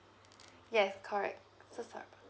yes correct so sorry